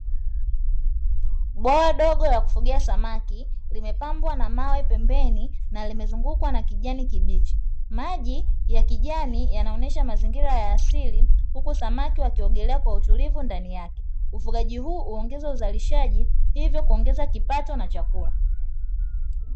Bwawa dogo la kufugia samaki limepambwa na mawe pembeni na limezungukwa na kijani kibichi, maji ya kijani yanaonesha mazingira ya asili huku samaki wakiogelea kwa utulivu ndani yake ufugaji huu huongeza uzalishaji hivyo kuongeza kipato na chakula.